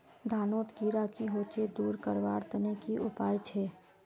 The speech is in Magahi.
धानोत कीड़ा की होचे दूर करवार तने की उपाय छे?